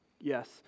Yes